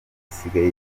asigaye